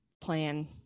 plan